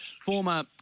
former